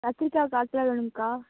கத்திரிக்காய் கால் கிலோ வேணுங்க்கா